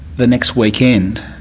the next weekend